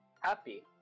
happy